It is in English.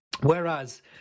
whereas